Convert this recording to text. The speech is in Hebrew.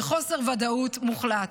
בחוסר ודאות מוחלט.